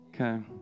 Okay